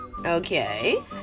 Okay